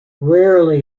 rarely